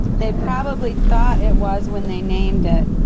they probably thought it was when they named it.